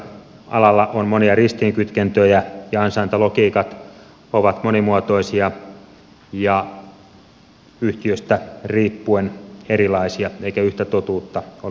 alalla on monia ristiinkytkentöjä ja ansaintalogiikat ovat monimuotoisia ja yhtiöstä riippuen erilaisia eikä yhtä totuutta ole olemassa